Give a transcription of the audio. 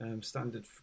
standard